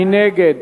מי נגד?